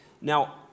Now